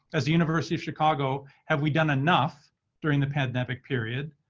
as the university of chicago, have we done enough during the pandemic period?